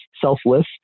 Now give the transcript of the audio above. selfless